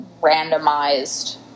randomized